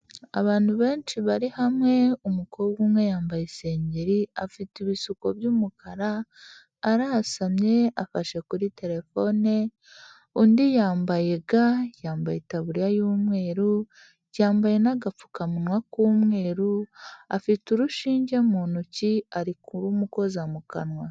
Abantu benshi bari hamwe, umukobwa umwe yambaye isengeri, afite ibisuko by'umukara, arasamye, afashe kuri terelefone; undi yambaye ga, yambaye itabuririya y'umweru, yambaye n'agapfukamunwa k'umweru, afite urushinge mu ntoki, ari kurumukoza mu kanwa.